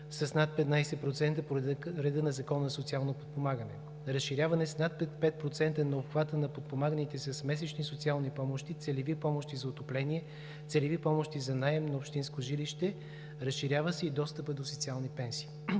с над 15% по реда на Закона за социално подпомагане; разширяване с над 5% на обхвата на подпомаганите с месечни социални помощи, целеви помощи за отопление, целеви помощи за наем на общинско жилище, разширява се и достъпът до социални пенсии.